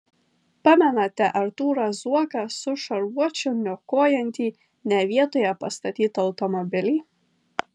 pamenate artūrą zuoką su šarvuočiu niokojantį ne vietoje pastatytą automobilį